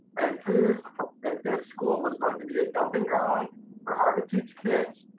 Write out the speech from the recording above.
i had fears that this school was going to be a dumping ground for hard-to-teach kids,